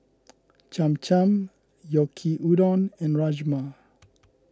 Cham Cham Yaki Udon and Rajma